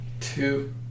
two